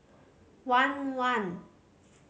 one one